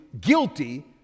guilty